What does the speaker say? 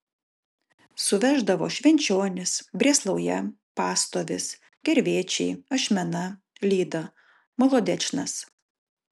suveždavo švenčionys brėslauja pastovis gervėčiai ašmena lyda molodečnas